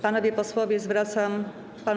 Panowie posłowie, zwracam się.